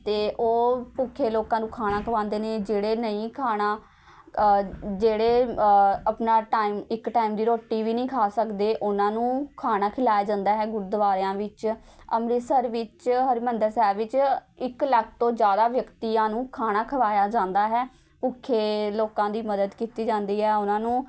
ਅਤੇ ਉਹ ਭੁੱਖੇ ਲੋਕਾਂ ਨੂੰ ਖਾਣਾ ਖਵਾਉਂਦੇ ਨੇ ਜਿਹੜੇ ਨਹੀਂ ਖਾਣਾ ਜਿਹੜੇ ਆਪਣਾ ਟਾਈਮ ਇੱਕ ਟਾਈਮ ਦੀ ਰੋਟੀ ਵੀ ਨਹੀਂ ਖਾ ਸਕਦੇ ਉਹਨਾਂ ਨੂੰ ਖਾਣਾ ਖਿਲਾਇਆ ਜਾਂਦਾ ਹੈ ਗੁਰਦੁਆਰਿਆਂ ਵਿੱਚ ਅੰਮ੍ਰਿਤਸਰ ਵਿੱਚ ਹਰਿਮੰਦਰ ਸਾਹਿਬ ਵਿੱਚ ਇੱਕ ਲੱਖ ਤੋਂ ਜ਼ਿਆਦਾ ਵਿਅਕਤੀਆਂ ਨੂੰ ਖਾਣਾ ਖਵਾਇਆ ਜਾਂਦਾ ਹੈ ਭੁੱਖੇ ਲੋਕਾਂ ਦੀ ਮਦਦ ਕੀਤੀ ਜਾਂਦੀ ਹੈ ਉਹਨਾਂ ਨੂੰ